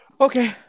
Okay